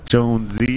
Jonesy